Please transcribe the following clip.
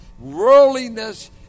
Worldliness